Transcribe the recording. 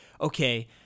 okay